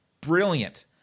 Brilliant